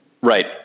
right